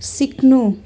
सिक्नु